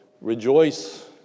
rejoice